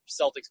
Celtics